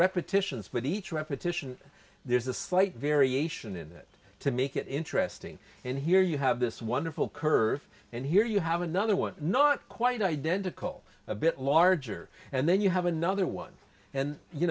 repetitions but each repetition there's a slight variation in that to make it interesting and here you have this wonderful curve and here you have another one not quite identical a bit larger and then you have another one and you